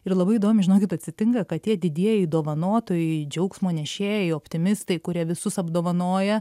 ir labai įdomiai žinokit atsitinka kad tie didieji dovanotojai džiaugsmo nešėjai optimistai kurie visus apdovanoja